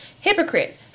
Hypocrite